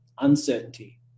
uncertainty